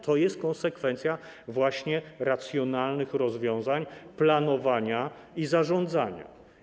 To jest konsekwencja właśnie racjonalnych rozwiązań, planowania i zarządzania.